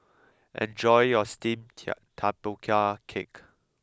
enjoy your Steamed Tapioca Cake